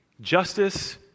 Justice